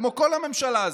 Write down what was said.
כמו כל הממשלה הזאת.